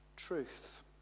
Truth